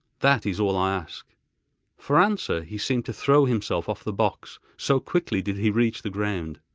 that is all i ask for answer he seemed to throw himself off the box, so quickly did he reach the ground.